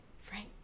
Frank